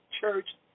church